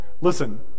listen